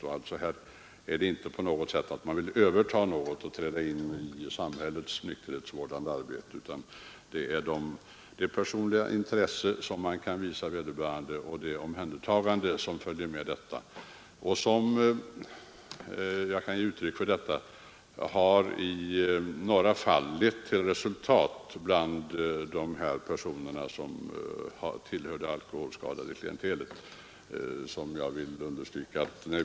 Man vill inte på något sätt överta verksamheten och träda in i samhällets nykterhetsvårdande arbete, utan här är det fråga om ett personligt intresse för vederbörande och ett omhändertagande som följer därav. Jag kan här ge ett exempel på vilka resultat detta personliga intresse kan leda till när det gäller människor som tidigare har hört till det alkoholskadade klientelet.